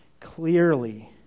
Clearly